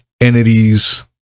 entities